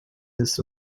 this